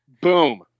boom